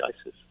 ISIS